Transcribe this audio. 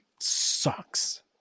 sucks